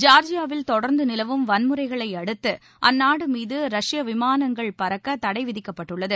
ஜார்ஜியாவில் தொடர்ந்து நிலவும் வன்முறைகளையடுத்து அந்நாடு மீது ரஷ்ய விமானங்கள் பறக்க தடைவிடுக்கப்பட்டுள்ளது